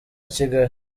kigali